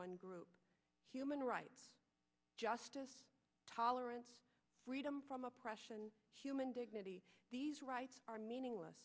one group human rights justice tolerance freedom from oppression human dignity these rights are meaningless